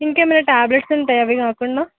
ఇంకేమైనా ట్యాబ్లెట్స్ ఉంటాయా అవి కాకుండా